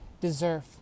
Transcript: deserve